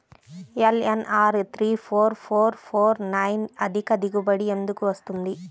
LNR three four four four nine అధిక దిగుబడి ఎందుకు వస్తుంది?